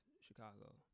Chicago